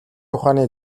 ухааны